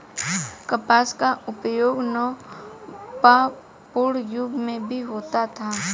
कपास का उपयोग नवपाषाण युग में भी होता था